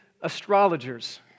astrologers